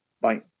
Bye